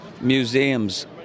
Museums